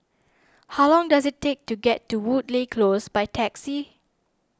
how long does it take to get to Woodleigh Close by taxi